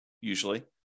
usually